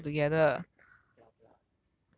okay fine fine correct correct correct okay lah okay lah